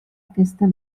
aquesta